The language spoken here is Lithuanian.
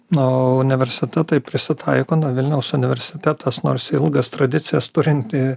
na o universitetai prisitaiko na vilniaus universitetas nors ilgas tradicijas turinti